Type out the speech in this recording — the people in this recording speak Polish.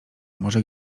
może